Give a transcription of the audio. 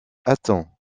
attends